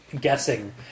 guessing